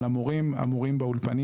על המורים באולפנים,